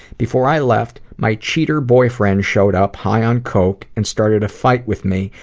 before i left, my cheater boyfriend showed up high on coke and started a fight with me,